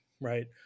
right